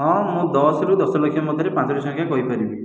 ହଁ ମୁଁ ଦଶରୁ ଦଶ ଲକ୍ଷ ମଧ୍ୟରେ ପାଞ୍ଚଟି ସଂଖ୍ୟା କହିପାରିବି